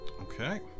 Okay